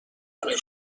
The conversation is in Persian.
مادران